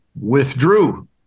withdrew